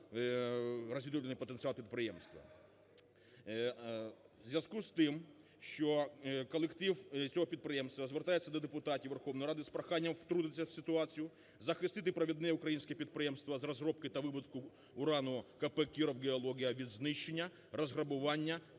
У зв'язку з тим, що колектив цього підприємства звертається до депутатів Верховної Ради з проханням втрутитися в ситуацію, захистити провідне українське підприємство з розробки та видобутку урану КП "Кіровгеологія" від знищення, розграбування